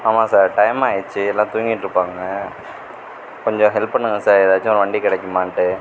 ஆமாம் sir time ஆகிடுச்சி எல்லாம் தூங்கிட்டு இருப்பாங்க கொஞ்சம் ஹெல்ப் பண்ணுங்க சார் எதாச்சும் வண்டி கிடைக்குமான்ட்டு